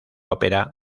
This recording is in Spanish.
ópera